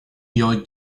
your